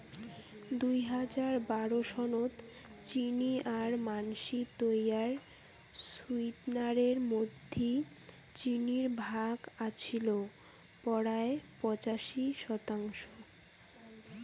দুই হাজার বারো সনত চিনি আর মানষি তৈয়ার সুইটনারের মধ্যি চিনির ভাগ আছিল পরায় পঁচাশি শতাংশ